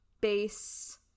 base